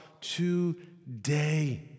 today